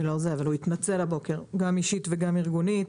הוא התנצל הבוקר, גם אישית וגם ארגונית,